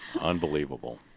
Unbelievable